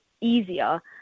easier